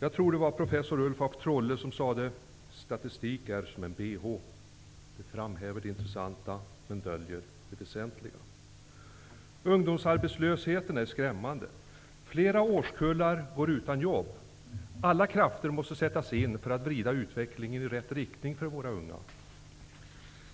Jag tror att det var professor Ulf af Trolle som sade: ''Statistik är som en BH. Den framhäver det intressanta men döljer det väsentliga.'' Ungdomsarbetslösheten är skrämmande. Flera årskullar går utan jobb. Alla krafter måste sättas in för att vrida utvecklingen i rätt riktning för våra unga.